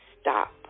stop